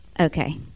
Okay